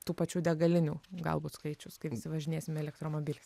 tų pačių degalinių galbūt skaičius kai visi važinėsim elektromobiliais